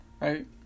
right